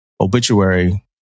obituary